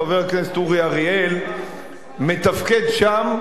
חבר הכנסת אורי אריאל מתפקד שם,